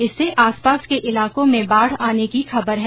इससे आसपास के इलाकों में बाढ आने की खबर है